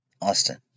Austin